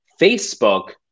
Facebook